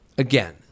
Again